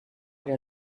der